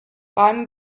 beim